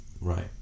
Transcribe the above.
right